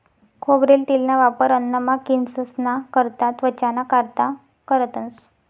खोबरेल तेलना वापर अन्नमा, केंससना करता, त्वचाना कारता करतंस